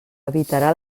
evitarà